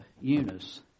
Eunice